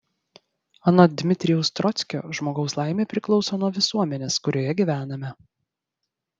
anot dmitrijaus trockio žmogaus laimė priklauso nuo visuomenės kurioje gyvename